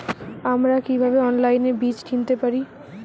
আমরা কীভাবে অনলাইনে বীজ কিনতে পারি?